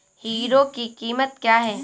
Hero की कीमत क्या है?